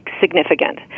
significant